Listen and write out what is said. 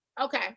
Okay